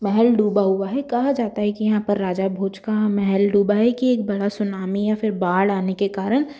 महल डूबा हुआ है कहा जाता है कि यहाँ पर राजा भोज का महल डूबा है कि एक बड़ा सुनामी या फिर बाढ़ आने के कारण